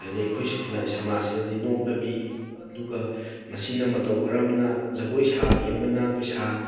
ꯍꯥꯏꯗꯤ ꯑꯩꯈꯣꯏ ꯈꯨꯟꯅꯥꯏ ꯁꯃꯥꯖꯁꯤꯗꯗꯤ ꯅꯣꯛꯅꯕꯤ ꯑꯗꯨꯒ ꯃꯁꯤꯅ ꯃꯇꯧ ꯀꯔꯝꯅ ꯖꯒꯣꯏ ꯁꯥꯕꯤ ꯑꯃꯅ ꯄꯩꯁꯥ